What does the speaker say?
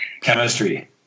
chemistry